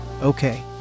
okay